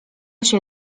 się